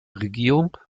regierung